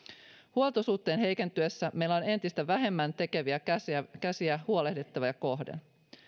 huoltosuhteen heikentyessä meillä on entistä vähemmän tekeviä käsiä käsiä huolehdittavia kohden